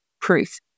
proof